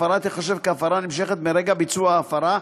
הפרה תיחשב להפרה נמשכת מרגע ביצוע ההפרה,